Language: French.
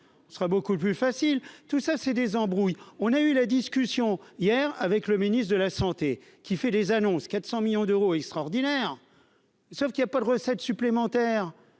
ce sera beaucoup plus facile, tout ça c'est des embrouilles, on a eu la discussion hier avec le ministre de la santé qui fait des annonces 400 millions d'euros extraordinaire, sauf qu'il y a pas de recettes supplémentaires,